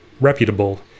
reputable